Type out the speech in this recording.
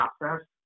process